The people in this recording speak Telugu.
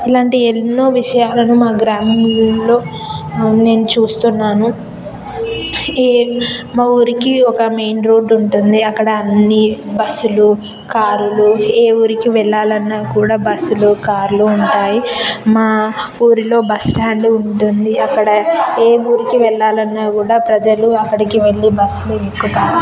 ఇలాంటి ఎన్నో విషయాలను మా గ్రామములో నేను చూస్తున్నాను ఏ మా ఊరికి ఒక మెయిన్ రోడ్డు ఉంటుంది అక్కడ అన్ని బస్సులు కారులు ఏ ఊరికి వెళ్ళాలన్నా కూడా బస్సులు కార్లు ఉంటాయి మా ఊరిలో బస్టాండ్ ఉంటుంది అక్కడ ఏ ఊరికి వెళ్ళాలన్న కూడా ప్రజలు అక్కడికి వెళ్ళి బస్సులు ఎక్కుతారు